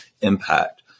impact